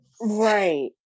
right